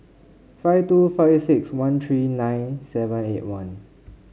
five two five six one three nine seven eight one